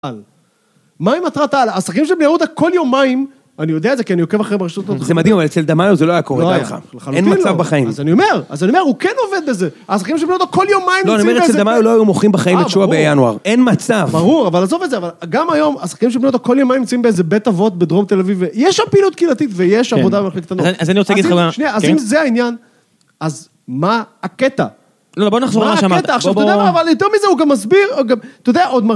מה עם מטרת על? השחקנים של בני יהודה כל יומיים, אני יודע את זה כי אני עוקב אחריהם ברשתות החברתיות. זה מדהים אבל אצל דמאיו זה לא היה קורה דרך. לא היה, לחלוטין לא. אין מצב בחיים. אז אני אומר, אז אני אומר, הוא כן עובד בזה. השחקנים של בני יהודה כל יומיים יוצאים באיזה בית. לא, אני אומר אצל דמאיו לא היו מוכרים בחיים את שועה בינואר. אין מצב. ברור, אבל עזוב את זה. גם היום , השחקנים של בני יהודה כל יומיים נמצאים באיזה בית אבות בדרום תל אביב. ויש שם פעילות קהילתית ויש עבודה במחלקת הנוער. אז אני רוצה להגיד לך. שנייה, אז אם זה העניין, אז מה הקטע? לא, בוא נחזור למה שאמרת. מה הקטע? עכשיו אתה יודע מה? אבל יותר מזה הוא גם מסביר. אתה יודע, עוד...